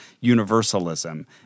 universalism